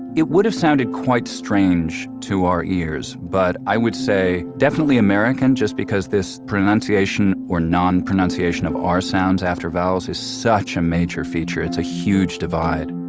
it would have sounded quite strange to our ears but i would say definitely american just because this pronunciation or non-pronunciation of r sounds after vowels is such a major feature, it's a huge divide.